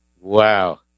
Wow